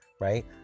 right